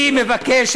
אני מבקש,